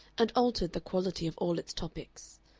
and altered the quality of all its topics.